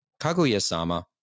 Kaguya-sama